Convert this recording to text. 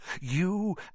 You